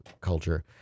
culture